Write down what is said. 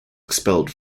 expelled